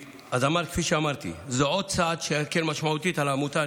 כפי שאמרתי, זה עוד צעד שיקל משמעותית על העמותה.